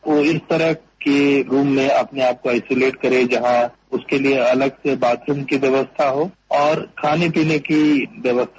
वो इस तरह के रूम में आइसोलेट करे जहां उसके लिए अलग से बाथरूम की व्यवस्था हो और खाने पीने की व्यवस्था